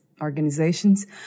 organizations